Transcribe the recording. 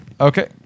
okay